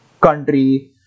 country